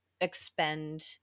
expend